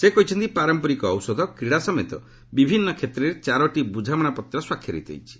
ସେ କହିଛନ୍ତି ପାରମ୍ପରିକ ଔଷଧ କ୍ରୀଡ଼ା ସମେତ ବିଭିନ୍ନ କ୍ଷେତ୍ରରେ ଚାରୋଟି ବ୍ରଝାମଣାପତ୍ର ସ୍ୱାକ୍ଷରିତ ହୋଇଛି